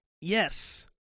Yes